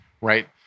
right